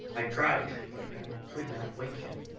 i tried, but i could not wake him.